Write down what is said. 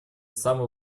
самый